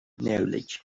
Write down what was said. knowledge